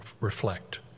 reflect